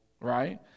Right